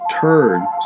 turn